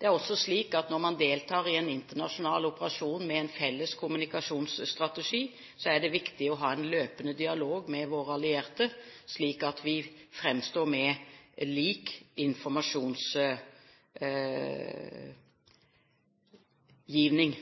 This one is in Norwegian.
Det er også slik at når vi deltar i en internasjonal operasjon med en felles kommunikasjonsstrategi, er det viktig å ha en løpende dialog med våre allierte, slik at vi framstår med lik informasjonsgivning.